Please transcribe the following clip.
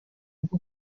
bwo